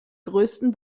größten